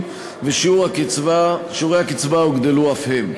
ושיעורי הקצבה הוגדלו אף הם.